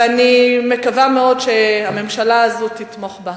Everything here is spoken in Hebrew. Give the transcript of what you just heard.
ואני מקווה מאוד שהממשלה הזאת תתמוך בה.